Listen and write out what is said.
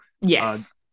Yes